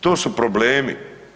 To su problemi.